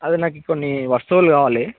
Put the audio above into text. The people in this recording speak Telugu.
అదే నాకు కొన్ని వస్తువులు కావాలి